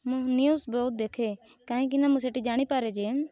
ମୁଁ ନିଉଜ ବହୁତ ଦେଖେ କାହିଁକି ନା ମୁଁ ସେଇଠି ଜାଣିପାରେ ଯେ